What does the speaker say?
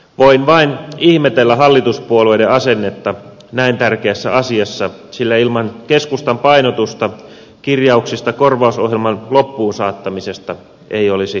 voin vain ihmetellä hallituspuolueiden asennetta näin tärkeässä asiassa sillä ilman keskustan painotusta kirjauksia korvausohjelman loppuunsaattamisesta ei olisi tullut